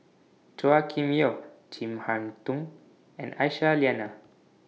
Chua Kim Yeow Chin Harn Tong and Aisyah Lyana